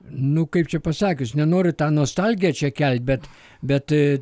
nu kaip čia pasakius nenoriu tą nostalgiją čia kelt bet bet